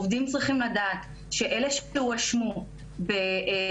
עובדים צריכים לדעת שאלה שהואשמו בהטרדות